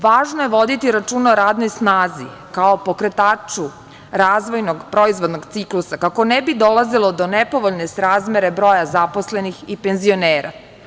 Važno je voditi računa o radnoj snazi, kao pokretaču razvojnog proizvodnog ciklusa, kako ne bi dolazilo do nepovoljne srazmere broja zaposlenih i penzionera.